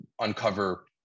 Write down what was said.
uncover